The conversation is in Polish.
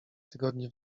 tygodni